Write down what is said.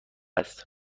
است